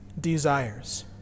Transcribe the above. desires